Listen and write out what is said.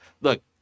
Look